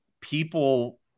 people